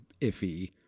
iffy